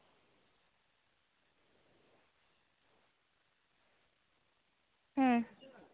ᱦᱩᱸ